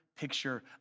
picture